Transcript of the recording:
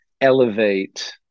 elevate